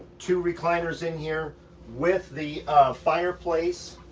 two recliners in here with the fireplace.